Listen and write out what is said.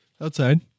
Outside